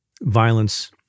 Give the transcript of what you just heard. violence